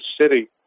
city